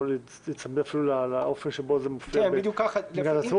או להיצמד אפילו לאופן שבו זה מופיע במגילת העצמאות,